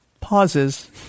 pauses